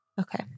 Okay